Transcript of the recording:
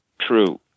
true